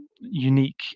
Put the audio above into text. unique